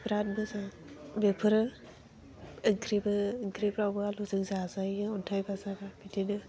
बिराद मोजां बेफोरो ओंख्रिबो ओंख्रिफ्रावबो आलुजों जाजायो अन्थाइ बाजाबा बिदिनो